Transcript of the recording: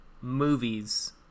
movies